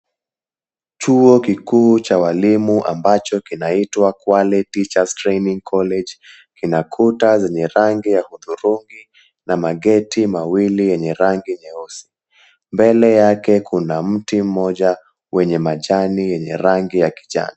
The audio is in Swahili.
Chuo kikuu cha walimu ambacho kinaitwa Kwale Teachers Training College, ina kuta zenye rangi ya hudhurungi na mageti mawili yenye rangi nyeusi. Mbele yake kuna mti moja wenye majani yenye rangi ya kijani.